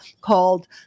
called